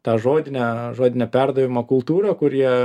tą žodinę žodinę perdavimo kultūrą kur jie